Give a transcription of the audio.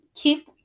keep